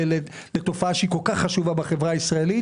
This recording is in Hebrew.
לתופעה שהיא כל כך חשובה בחברה הישראלית,